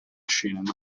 cinema